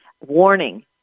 warning